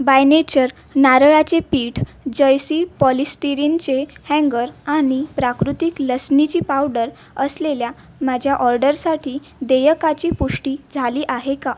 bye nature नारळाचे पीठ जयसी पॉलिस्टीरिनचे हॅन्गर आणि प्राकृतिक लसणीची पावडर असलेल्या माज्या ऑर्डरसाठी देयकाची पुष्टी झाली आहे का